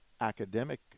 academic